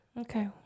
Okay